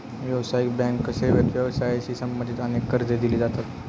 व्यावसायिक बँक सेवेत व्यवसायाशी संबंधित अनेक कर्जे दिली जातात